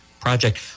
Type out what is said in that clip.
project